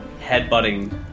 headbutting